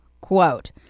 quote